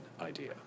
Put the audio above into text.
idea